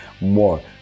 more